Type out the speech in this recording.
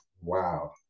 wow